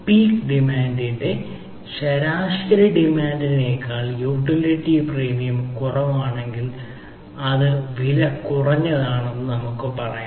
peak ഡിമാന്റിന്റെ ശരാശരി ഡിമാൻഡിനേക്കാൾ യൂട്ടിലിറ്റി പ്രീമിയം കുറവാണെങ്കിൽ അത് വിലകുറഞ്ഞതാണെന്ന് നമുക്ക് പറയാം